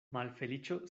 malfeliĉo